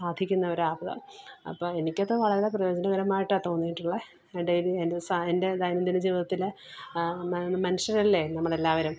സാധിക്കുന്നൊരാപ്പ് അപ്പോള് എനിക്കൊക്കെ വളരെ പ്രയോജനകരമായിട്ടാണ് തോന്നിയിട്ടുള്ളത് ഡെയിലി എന്റെ എന്റെ ദൈനംദിന ജീവിതത്തിലെ മനുഷ്യരല്ലേ നമ്മളെല്ലാവരും